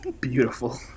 Beautiful